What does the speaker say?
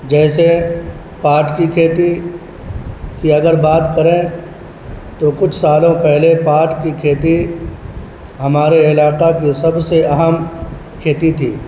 جیسے پاٹ کی کھیتی کی اگر بات کریں تو کچھ سالوں پہلے پاٹھ کی کھیتی ہمارے علاقہ کے سب سے اہم کھیتی تھی